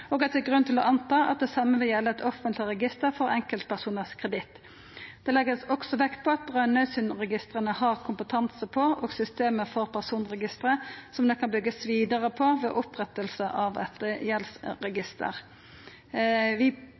gjelde et offentlig register for enkeltpersoners kreditt. Det legges også vekt på at Brønnøysundregistrene har kompetanse på og systemer for personregistre, som det kan bygges videre på ved opprettelse av et gjeldsregister.» Vi